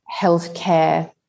healthcare